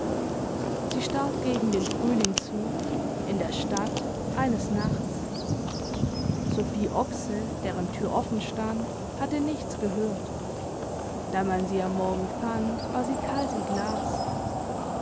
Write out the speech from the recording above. sie starb gegen den frühling zu in der stadt eines nachts sophie oxe deren tür offenstand hatte nichts gehört da man sie am morgen fand war sie kalt wie glas